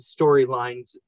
storylines